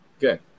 Good